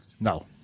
No